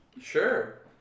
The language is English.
Sure